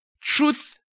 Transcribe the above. Truth